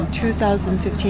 2015